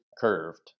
curved